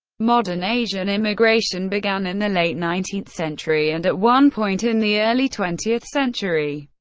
modern asian immigration began in the late nineteenth century and at one point in the early twentieth century,